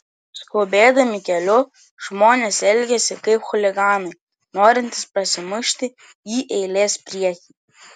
skubėdami keliu žmonės elgiasi kaip chuliganai norintys prasimušti į eilės priekį